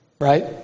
right